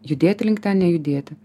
judėti link ten nejudėti